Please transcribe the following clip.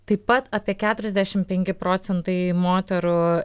taip pat apie keturiasdešimt penki procentai moterų